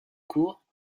cours